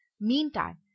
Meantime